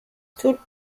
tut